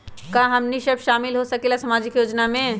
का हमनी साब शामिल होसकीला सामाजिक योजना मे?